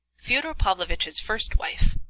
fyodor pavlovitch's first wife,